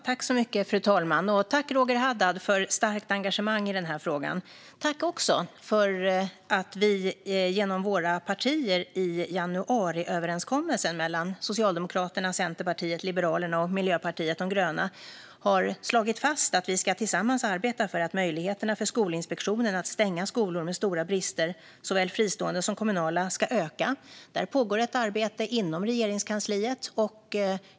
Fru talman! Tack, Roger Haddad, för ett starkt engagemang i den här frågan! Tack också för att vi genom våra partier i januariöverenskommelsen mellan Socialdemokraterna, Centerpartiet, Liberalerna och Miljöpartiet de gröna har slagit fast att vi tillsammans ska arbeta för att möjligheterna för Skolinspektionen att stänga skolor med stora brister, såväl fristående som kommunala, ska öka. Där pågår ett arbete inom Regeringskansliet.